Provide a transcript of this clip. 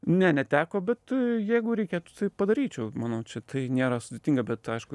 ne neteko bet jeigu reikėtų tai padaryčiau manau čia tai nėra sudėtinga bet aišku